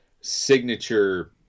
signature